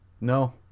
No